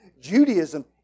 Judaism